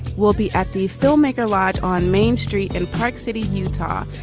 we'll be at the filmmaker lodge on main street in park city, utah.